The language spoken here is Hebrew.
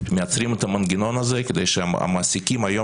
מייצרים את המנגנון הזה כדי שהמעסיקים היום